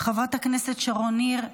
חברת הכנסת שרון ניר,